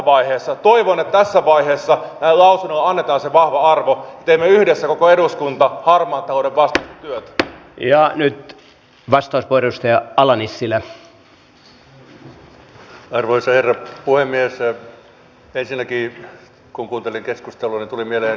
nyt kuitenkin tässä ministerin puheenvuorossa tuli esiin että myös kehyskaudelle liittyy suuria haasteita tämän kolmion osalta kun materiaalien ja toiminnan välillä budjetin sisällä rahoja liikutellaan